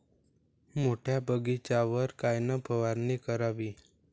मोठ्या बगीचावर कायन फवारनी करावी?